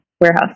warehouse